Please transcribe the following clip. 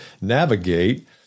navigate